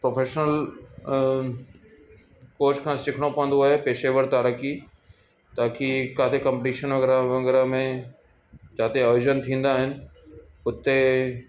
professional coach खां सिखिणो पवंदो आहे पेशेवर तैराकी ताकी किथे कमपिटिशन वग़ैरह वग़ैरह में जिते आयोजन थींदा आहिनि हुते